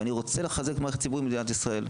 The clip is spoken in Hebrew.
ואני רוצה לחזק את המערכת הציבורית במדינת ישראל.